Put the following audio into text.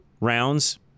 rounds